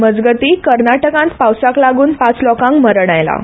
मजगतीं कर्नाटकांत पावसाक लागून पांच लोकांक मरण आयलां